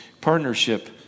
partnership